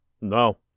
No